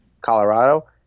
Colorado